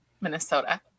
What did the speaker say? Minnesota